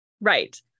Right